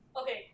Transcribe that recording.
Okay